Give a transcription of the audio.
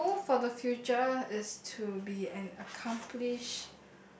my goal for the future is to be an accomplished